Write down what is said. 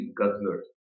guzzlers